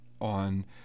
on